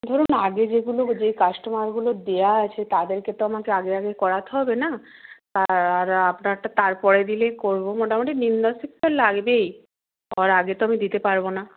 ধরুন আগে যেগুলো যে কাস্টমারগুলোর দেওয়া আছে তাদেরকে তো আমাকে আগে আগে করাতে হবে না আর আপনারটা তারপরে দিলে করব মোটামুটি দিন দশেক তো লাগবেই ওর আগে তো আমি দিতে পারব না